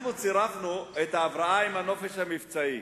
אנחנו צירפנו את ההבראה עם הנופש המבצעי,